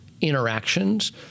interactions